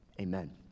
Amen